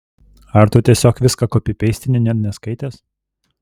ar tu tiesiog viską kopipeistini net neskaitęs